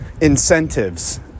incentives